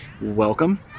welcome